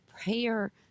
prayer